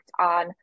on